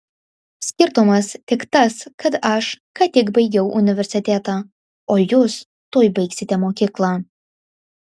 skirtumas tik tas kad aš ką tik baigiau universitetą o jūs tuoj baigsite mokyklą